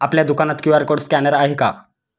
आपल्या दुकानात QR code scanner आहे का?